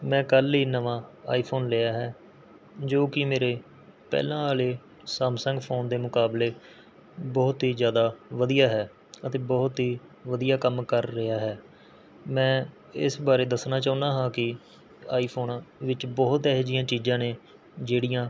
ਮੈਂ ਕੱਲ੍ਹ ਹੀ ਨਵਾਂ ਆਈ ਫ਼ੋਨ ਲਿਆ ਹੈ ਜੋ ਕਿ ਮੇਰੇ ਪਹਿਲਾਂ ਵਾਲੇ ਸਮਸੰਗ ਫ਼ੋਨ ਦੇ ਮੁਕਾਬਲੇ ਬਹੁਤ ਹੀ ਜ਼ਿਆਦਾ ਵਧੀਆ ਹੈ ਅਤੇ ਬਹੁਤ ਹੀ ਵਧੀਆ ਕੰਮ ਕਰ ਰਿਹਾ ਹੈ ਮੈਂ ਇਸ ਬਾਰੇ ਦੱਸਣਾ ਚਾਹੁੰਦਾ ਹਾਂ ਕਿ ਆਈ ਫ਼ੋਨ ਵਿੱਚ ਬਹੁਤ ਇਹੋ ਜਿਹੀਆਂ ਚੀਜ਼ਾਂ ਨੇ ਜਿਹੜੀਆਂ